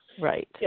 Right